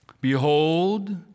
behold